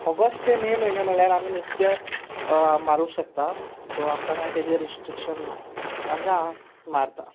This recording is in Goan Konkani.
ऑगस्ट ते मे म्हयनो म्हणल्यार आमी नुस्तें मारूंक शकतात सो आमकां कांय ताजेर रिस्ट्रिकशन ना तांकां मारता